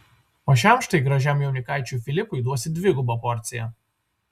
o šiam štai gražiam jaunikaičiui filipui duosi dvigubą porciją